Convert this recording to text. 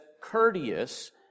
courteous